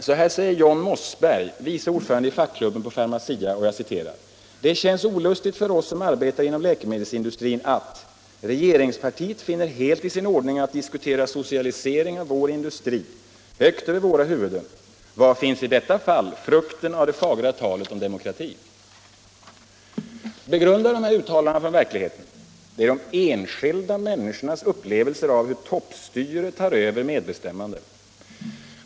Så här säger John Mossberg, vice ordförande i fackklubben på Pharmacia: ”Det känns olustigt för oss som arbetar inom läkemedelsindustrin att —--- regeringspartiet finner helt i sin ordning att diskutera socialisering av vår industri högt över våra huvuden. Var finns i detta fall frukten av det fagra talet om demokrati?” Begrunda dessa uttalanden från verkligheten! Det är de enskilda människornas upplevelser av hur toppstyre tar över medbestämmande.